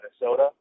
Minnesota